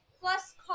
plus